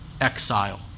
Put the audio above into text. exile